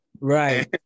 Right